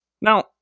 Now